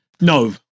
No